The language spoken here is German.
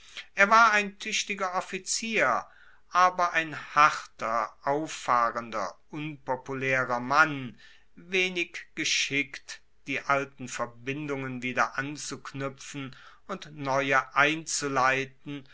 er war ein tuechtiger offizier aber ein harter auffahrender unpopulaerer mann wenig geschickt die alten verbindungen wieder anzuknuepfen und neue einzuleiten